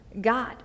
God